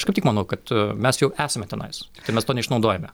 aš kaip tik manau kad mes jau esame tenais tai mes to neišnaudojame